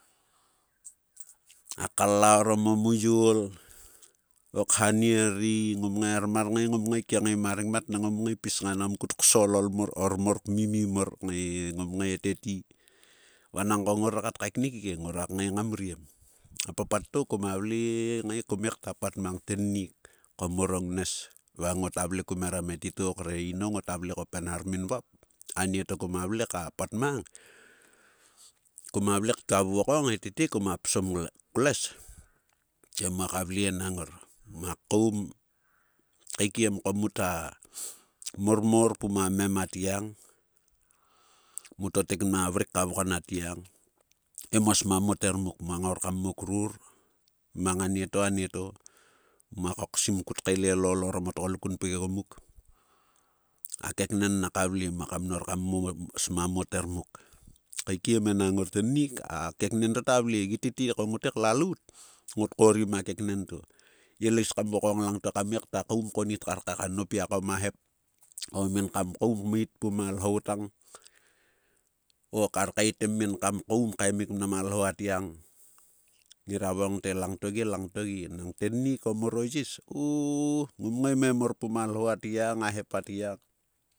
A kalla orom o muyol, o khanie ri i ngom ngae eharmar ngae ngom ngae kiengae mang a rengmat nang ngom ngae pis nang ngam kut ksol olmor orkor mimim mor ngae e ngom ngae eteti. Vanang ko ngrer kat kaeknik ge, ngrua ngae ngam mriem. A papat to koma vle e ngae kom ngae ta pat mang tennik, ko mo o ngness va ngota vle kumerom e titou kre inou ngota vle ko penharim vap, a nieto koma vle ka pat mang, koma vle ktua vuvokong he tete koma psom ngle kloess, te mua ka vle nang ngor, mua koum, keikiem ko muta mormor pum a mem atgiang, mu totek mna vrik ka vgon attgiang he mua smia moter muk, muangor kam mo krur mang nga nnieto annieto mua koksim kut kaelel ol orom otgoluk kun pgiegom muk, a keknen naka vle muaka mnor kam mon smia motar muk. Kaekiem enang ngor tennik a keknen to ta vle. Gi tete ko ngote klalout, ngot korim a keknen to, yelois kam vokong langto kam ngae ta koum konit kar kaka nopia koma hep o min kam koum kmeit pum a lhou tang o kar kaetem min kam koum kolemik mnam a lhou atgiang. Ngera vokeng te lang to ge langto ge. Nang tiennik ko mor o yiss o ngom ngae me mor pum a lhou atgiang, a hep atgiang.